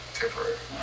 temporary